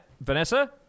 Vanessa